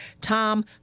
Tom